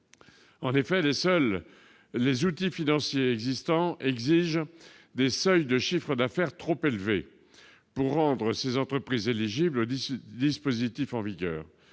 En effet, les outils financiers existants exigent des seuils de chiffres d'affaires trop élevés pour rendre ces entreprises éligibles aux dispositifs en vigueur.